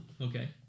Okay